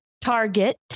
target